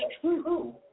true